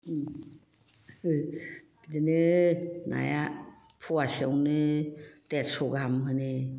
बिदिनो नाया फवासेआवनो देरस' गाहाम होनो